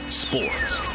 sports